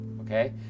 okay